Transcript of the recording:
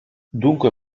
dunque